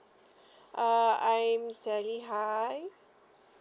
uh I'm sally hi